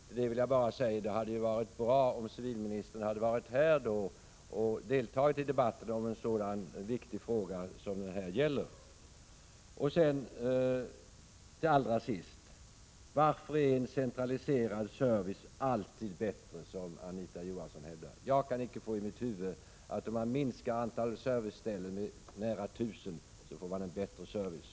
Till det vill jag bara säga att det hade varit bra om civilministern hade varit här och deltagit i debatten om en så viktig fråga som det här gäller. Allra sist: Varför är en centraliserad service alltid bättre, som Anita Johansson hävdar? Jag kan inte få in i mitt huvud att man får en bättre service, om man minskar antalet serviceställen med nära 1 000.